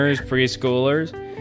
preschoolers